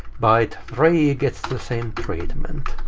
but three gets the same treatment.